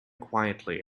quietly